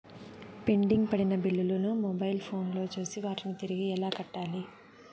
pending పడిన బిల్లులు ను మొబైల్ ఫోను లో చూసి వాటిని తిరిగి ఎలా కట్టాలి